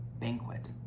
banquet